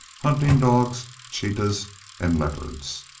hunting dogs, cheetahs and leopards.